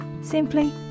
simply